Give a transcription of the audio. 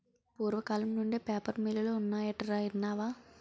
పూర్వకాలం నుండే పేపర్ మిల్లులు ఉన్నాయటరా ఇన్నావా